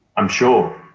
i'm sure.